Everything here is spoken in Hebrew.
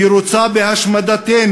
היא רוצה בהשמדתנו.